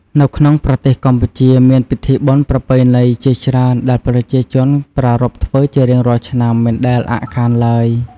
នៅក្នុងប្រទេសកម្ពុជាមានពិធីបុណ្យប្រពៃណីជាច្រើនដែលប្រជាជនប្រារព្ធធ្វើជារៀងរាល់ឆ្នាំមិនដែលអាក់ខានឡើយ។